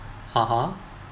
(uh huh)